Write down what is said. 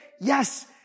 yes